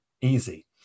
easy